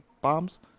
bombs